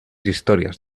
historias